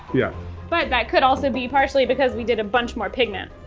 yeah but that could also be partially because we did a bunch more pigment.